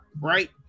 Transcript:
right